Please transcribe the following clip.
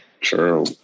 true